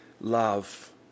love